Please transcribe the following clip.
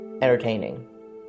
entertaining